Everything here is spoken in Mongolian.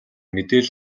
мэдээлэл